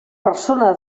persona